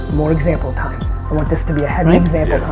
more example time, i want this to be a heavy example.